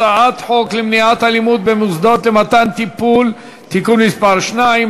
הצעת חוק למניעת אלימות במוסדות למתן טיפול (תיקון מס' 2),